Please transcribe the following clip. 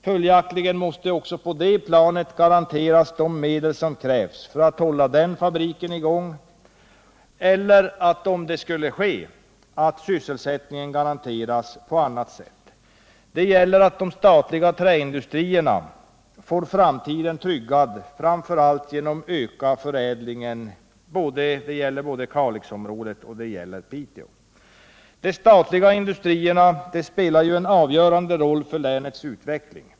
Följaktligen krävs också på det planet medel för att hålla den fabriken i gång. Och om nedläggningen ändå skulle ske måste sysselsättningen garanteras på annat sätt. De statliga träindustrierna måste få framtiden tryggad framför allt genom att man ökar förädlingen; det gäller både Kalixområdet och Piteå. De statliga industrierna spelar en avgörande roll för länets utveckling.